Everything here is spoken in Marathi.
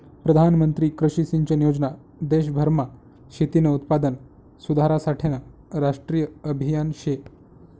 प्रधानमंत्री कृषी सिंचन योजना देशभरमा शेतीनं उत्पादन सुधारासाठेनं राष्ट्रीय आभियान शे